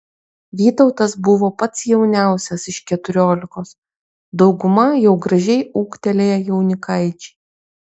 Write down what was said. vytautas buvo pats jauniausias iš keturiolikos dauguma jau gražiai ūgtelėję jaunikaičiai